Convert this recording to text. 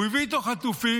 הוא הביא איתו חטופים